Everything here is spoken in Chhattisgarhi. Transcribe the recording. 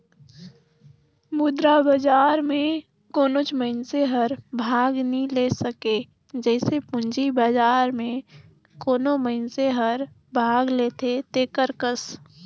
मुद्रा बजार में कोनोच मइनसे हर भाग नी ले सके जइसे पूंजी बजार में कोनो मइनसे हर भाग लेथे तेकर कस